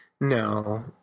No